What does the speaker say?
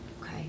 Okay